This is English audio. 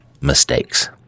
mistakes